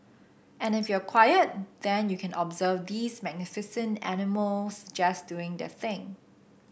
and if you're quiet then you can observe these magnificent animals just doing their thing